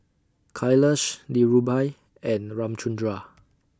Kailash Dhirubhai and Ramchundra